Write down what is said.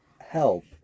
Help